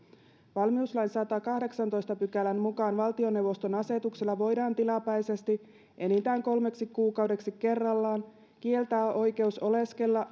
valmiuslain sadannenkahdeksannentoista pykälän mukaan valtioneuvoston asetuksella voidaan tilapäisesti enintään kolmeksi kuukaudeksi kerrallaan kieltää oikeus oleskella